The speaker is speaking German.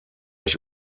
ich